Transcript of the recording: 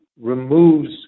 removes